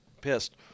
pissed